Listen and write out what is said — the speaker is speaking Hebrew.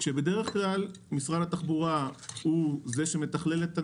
כשבדרך כלל משרד התחבורה הוא זה שמתכלל את האירוע,